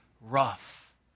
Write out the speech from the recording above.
rough